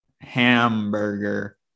hamburger